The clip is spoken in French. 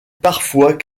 parfois